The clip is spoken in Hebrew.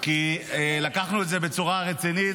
כי לקחנו את זה בצורה רצינית,